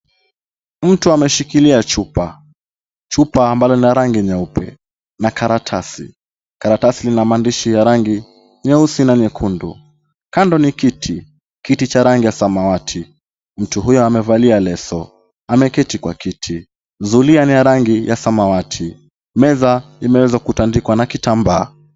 Mtu ameshikilia chupa. Chupa ambalo lina rangi nyeupe na karatasi. Karatasi lina maandishi ya rangi nyeusi na nyekundu. Kando ni kiti. Kiti cha rangi ya samawati. Mtu huyu amevalia leso. Ameketi kwa kiti. Zulia ni ya rangi ya samawati. Meza imeweza kutandikwa na kitambaa.